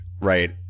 right